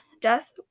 death